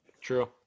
True